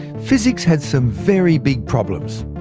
physics had some very big problems.